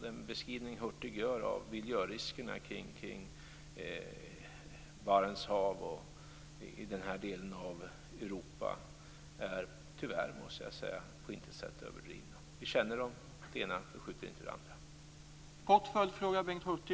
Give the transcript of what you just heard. Den beskrivning Hurtig gör av miljöriskerna kring Barents hav och i denna del av Europa är tyvärr, måste jag säga, på intet sätt överdriven. Vi känner dem. Det ena förskjuter inte det andra.